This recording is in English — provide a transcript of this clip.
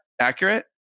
accurate